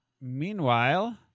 Meanwhile